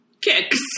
Kicks